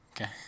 Okay